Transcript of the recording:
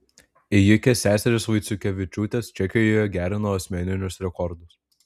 ėjikės seserys vaiciukevičiūtės čekijoje gerino asmeninius rekordus